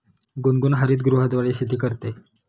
गुनगुन हरितगृहाद्वारे शेती करते